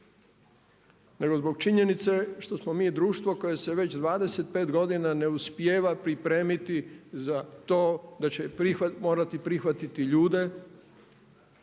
nego zbog činjenice što smo mi društvo koje se već 25 godina ne uspijeva pripremiti za to da morati prihvatiti ljude